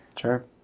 Sure